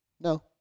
No